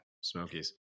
Smokies